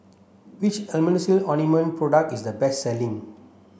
which Emulsying ointment product is the best selling